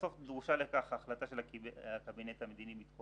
בסוף דרושה לכך החלטה של הקבינט המדיני-ביטחוני.